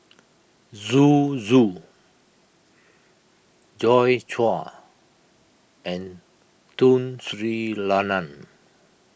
Zhu Zhu Joi Chua and Tun Sri Lanang